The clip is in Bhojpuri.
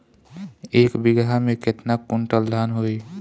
एक बीगहा में केतना कुंटल धान होई?